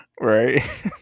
Right